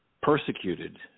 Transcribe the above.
persecuted